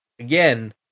again